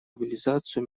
мобилизацию